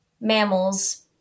mammals